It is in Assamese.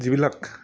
যিবিলাক